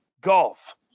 golf